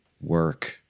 work